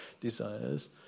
desires